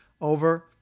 over